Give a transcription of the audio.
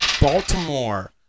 Baltimore